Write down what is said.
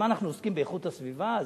אז מה אנחנו עוסקים באיכות הסביבה?